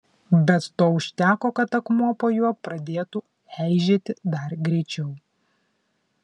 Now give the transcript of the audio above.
bet to užteko kad akmuo po juo pradėtų eižėti dar greičiau